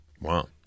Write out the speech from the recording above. Wow